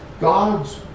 God's